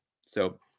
So-